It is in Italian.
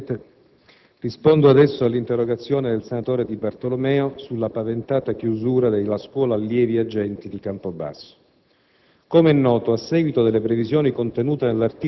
Signor Presidente, rispondo adesso all'interrogazione del senatore Di Bartolomeo sulla paventata chiusura della Scuola allievi agenti di Campobasso.